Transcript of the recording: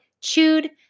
chewed